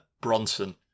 Bronson